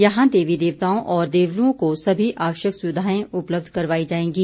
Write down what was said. यहाँ देवी देवताओं और देवलुओं को सभी आवश्यक सुविधाएं उपलब्ध करवाई जाएंगी